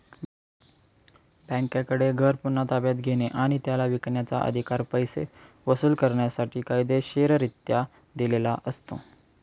बँकेकडे घर पुन्हा ताब्यात घेणे आणि त्याला विकण्याचा, अधिकार पैसे वसूल करण्यासाठी कायदेशीररित्या दिलेला असतो